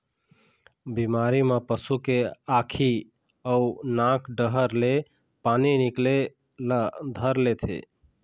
बिमारी म पशु के आँखी अउ नाक डहर ले पानी निकले ल धर लेथे